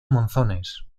monzones